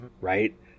Right